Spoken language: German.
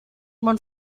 man